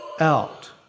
out